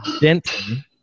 Denton